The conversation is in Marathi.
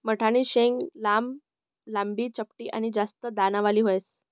मठनी शेंग लांबी, चपटी आनी जास्त दानावाली ह्रास